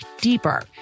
deeper